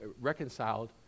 reconciled